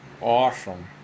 awesome